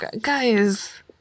guys